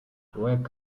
wake